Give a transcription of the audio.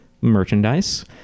merchandise